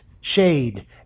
shade